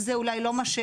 זה לא משהו